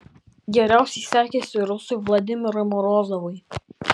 geriausiai sekėsi rusui vladimirui morozovui